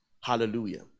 hallelujah